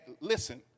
listen